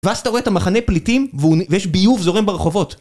ואז אתה רואה את המחנה פליטים והוא נ... ויש ביוב זורם ברחובות